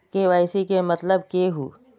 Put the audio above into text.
KYC के मतलब केहू?